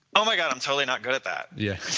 oh my god! i'm totally not good at that yes